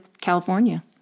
California